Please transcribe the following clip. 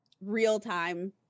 real-time